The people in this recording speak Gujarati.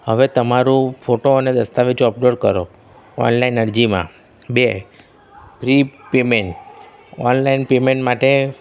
હવે તમારું ફોટો અને દસ્તાવેજો અપલોડ કરો ઓનલાઈન અરજીમાં બે પ્રી પેમેન્ટ ઓનલાઈન પેમેન્ટ માટે